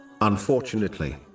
Unfortunately